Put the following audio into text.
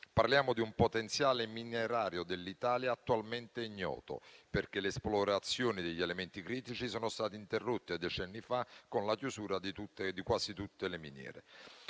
Parliamo di un potenziale minerario dell'Italia attualmente ignoto, perché le esplorazioni degli elementi critici sono state interrotte decenni fa, con la chiusura di quasi tutte le miniere.